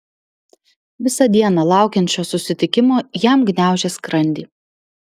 visą dieną laukiant šio susitikimo jam gniaužė skrandį